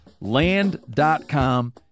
Land.com